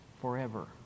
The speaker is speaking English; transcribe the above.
forever